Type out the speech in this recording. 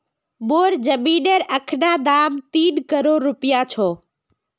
मोर जमीनेर अखना दाम तीन करोड़ रूपया छ